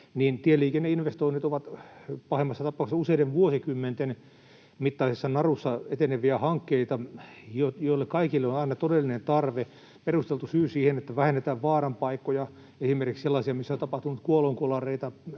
tieliikenneinvestoinnit ovat pahimmassa tapauksessa useiden vuosikymmenten mittaisessa narussa eteneviä hankkeita, joille kaikille on aina todellinen tarve; perusteltu syy siihen, että esimerkiksi vähennetään sellaisia vaaranpaikkoja, missä on tapahtunut kuolonkolareita,